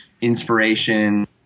inspiration